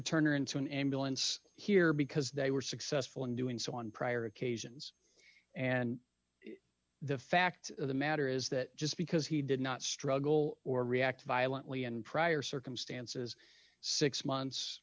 turner into an ambulance here because they were successful in doing so on prior occasions and the fact of the matter is that just because he did not struggle or react violently and prior circumstances six months